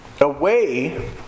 away